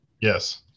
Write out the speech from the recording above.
Yes